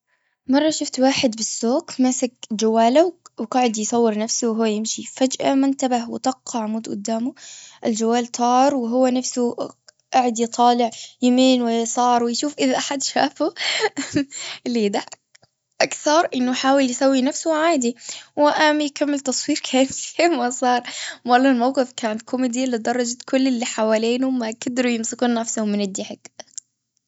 مرة شفت واحد بالسوق ماسك جواله وقعد يصور نفسه وهو يمشي فجأة ما انتبه وطق عمود قدامه الجوال طار وهو نفسه قاعد يطالع يمين ويسار ويشوف إذا أحد شافه لينا أكثر أنه يحاول يسوي نفسه عادي وقام يكمل تصوير كان شي ما صار والله الموقف كان كوميدي لدرجة كل اللي حوالينه وما قدروا يمسكون نفسهم من الضحك.